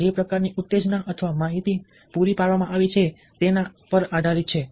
જે પ્રકારની ઉત્તેજના અથવા માહિતી પૂરી પાડવામાં આવી છે તેના પર આધારિત છે